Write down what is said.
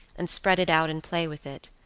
and spread it out and play with it.